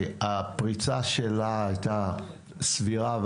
הפריצה שלה הייתה סבירה,